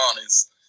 honest